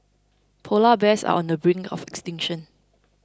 Polar Bears are on the brink of extinction